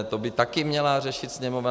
To by taky měla řešit Sněmovna?